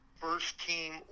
first-team